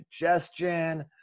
digestion